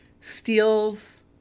steals